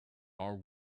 are